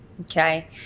okay